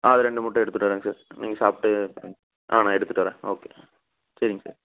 ஆ அது ரெண்டு மட்டும் எடுத்துட்டு வரேங்க சார் நீங்கள் சாப்பிட்டு ஆ நான் எடுத்துட்டு வரேன் ஓகே சரிங்க சார்